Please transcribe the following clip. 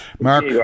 Mark